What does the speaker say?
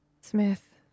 Smith